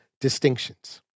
distinctions